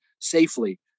safely